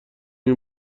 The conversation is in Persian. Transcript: این